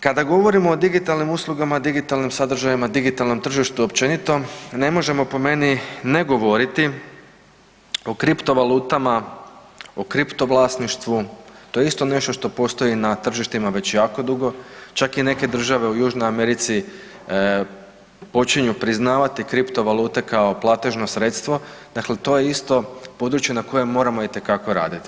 Kada govorimo o digitalnim uslugama, digitalnim sadržajima, digitalnom tržištu općenito ne možemo po meni ne govoriti o kriptovalutama, o kriptovlasništvu to je isto nešto što postoji na tržištima već jako dugo, čak i neke države u Južnoj Americi počinju priznavati kriptovalute kao platežno sredstvo, dakle to je isto područje na kojem moramo itekako raditi.